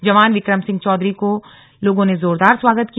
जवान विक्रम सिंह चौधरी का लोगों ने जोरदार स्वागत किया